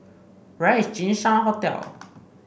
where is Jinshan Hotel